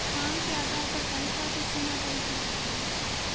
काम के आधार पर तन्ख्वाह की सीमा तय की जाती है